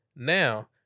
now